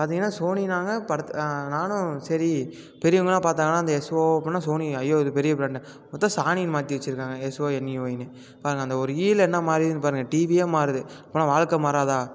பாத்தீங்கன்னா சோனின்னாங்க நானும் சரி பெரியவங்கள்லாம் பார்த்தாங்கன்னா அந்த எஸ் ஓ அப்புடின்னா சோனி ஐயோ இது பெரிய ப்ராண்ட் பார்த்தா சாணின்னு மாற்றி வச்சுருக்காங்க எஸ்ஓஎன்இஒய்ன்னு பாருங்கள் அந்த ஒரு இயில் என்ன மாறிருக்கிதுன்னு பாருங்கள் டிவியே மாறுது அப்புடின்னா வாழ்க்கை மாறாதா